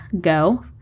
go